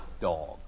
dog